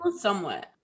Somewhat